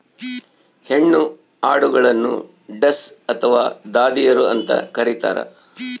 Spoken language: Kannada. ಹೆಣ್ಣು ಆಡುಗಳನ್ನು ಡಸ್ ಅಥವಾ ದಾದಿಯರು ಅಂತ ಕರೀತಾರ